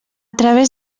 través